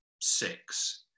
six